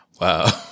Wow